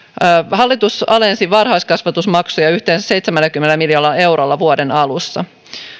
hallitus alensi varhaiskasvatusmaksuja yhteensä seitsemälläkymmenellä miljoonalla eurolla vuoden alussa